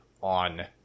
on